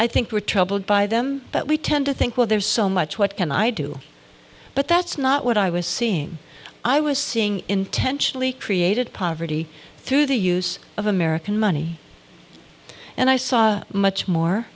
i think we're troubled by them but we tend to think well there's so much what can i do but that's not what i was seeing i was seeing intentionally created poverty through the use of american money and i saw much more